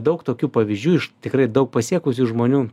daug tokių pavyzdžių iš tikrai daug pasiekusių žmonių